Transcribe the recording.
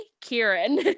kieran